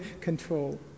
control